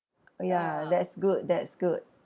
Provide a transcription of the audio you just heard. ya that's good that's good